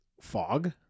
Fog